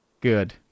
Good